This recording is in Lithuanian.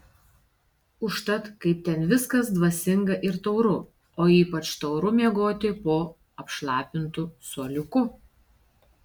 užtat kaip ten viskas dvasinga ir tauru o ypač tauru miegoti po apšlapintu suoliuku